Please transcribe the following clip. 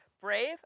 Brave